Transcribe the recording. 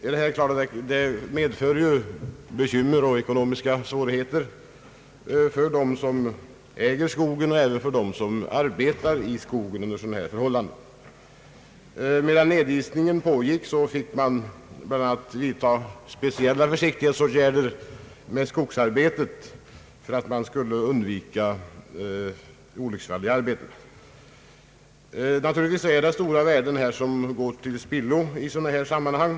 Det medför ju bekymmer och ekonomiska svårigheter för dem som äger skogen och även för dem som arbetar där under sådana förhållanden. Medan nedisningen pågick måste man bl.a. vidtaga speciella försiktighetsåtgärder med skogsarbetet för att undvika olycksfall i arbetet. Naturligtvis är det stora värden som går till spillo i sådana sam manhang.